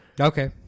Okay